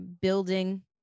building